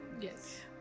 yes